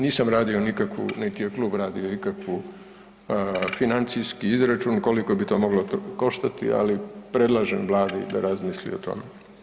Nisam radio nikakvu niti je klub radio ikakvu financijski izračun koliko bi to moglo koštati ali predlažem Vladi da razmisli o tome.